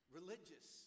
religious